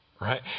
right